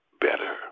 better